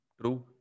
True